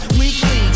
weekly